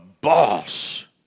boss